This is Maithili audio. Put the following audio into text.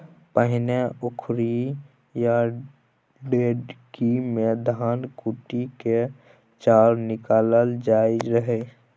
पहिने उखरि या ढेकी मे धान कुटि कए चाउर निकालल जाइ रहय